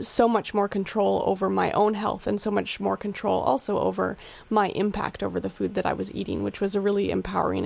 so much more control over my own health and so much more control also over my impact over the food that i was eating which was a really empowering